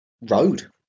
road